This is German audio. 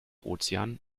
ozean